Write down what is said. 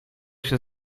się